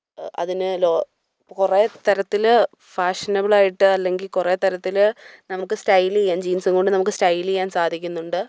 അതിന് ലോ കുറേ തരത്തിൽ ഫാഷനബിൾ ആയിട്ട് അല്ലെങ്കിൾ കുറേ തരത്തിൽ നമക്ക് സ്റ്റൈൽ ചെയ്യാം ജീൻസും കൊണ്ട് നമുക്ക് സ്റ്റൈൽ ചെയ്യാൻ സാധിക്കുന്നുണ്ട്